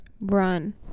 Run